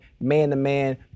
man-to-man